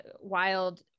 wild